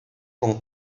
con